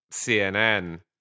CNN